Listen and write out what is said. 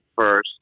first